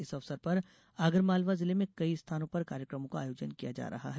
इस अवसर पर आगरमालवा जिले में कई स्थानों पर कार्यक्रमों का आयोजन किये जा रहे हैं